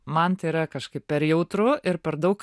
man tai yra kažkaip per jautru ir per daug